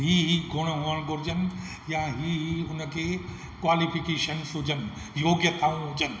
ही गुण हुअण घुरजनि या ही हुनखे कॉलीफ़िकेशन्स हुजनि योग्यता हुजनि